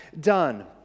done